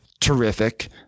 terrific